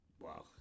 Wow